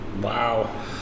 wow